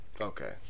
Okay